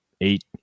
eight